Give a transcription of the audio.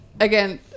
Again